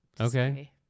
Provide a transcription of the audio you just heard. Okay